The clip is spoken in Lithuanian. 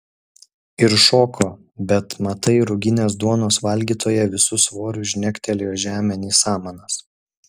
ir šoko bet matai ruginės duonos valgytoja visu svoriu žnegtelėjo žemėn į samanas